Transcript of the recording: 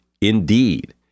Indeed